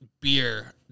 beer